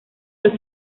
los